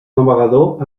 navegador